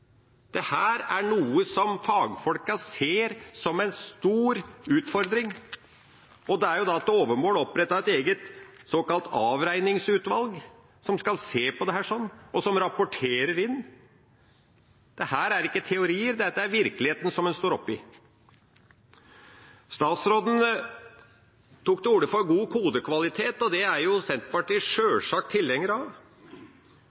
er noe fagfolkene ser som en stor utfordring, og det er til overmål opprettet et eget såkalt avregningsutvalg som skal se på dette og rapportere inn. Dette er ikke teorier. Dette er virkeligheten som en står i. Statsråden tok til orde for god kodekvalitet, og det er Senterpartiet